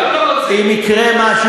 גם אני לא רוצה,